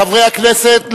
חברי הכנסת,